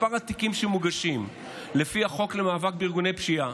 מספר התיקים שמוגשים לפי החוק למאבק בארגוני פשיעה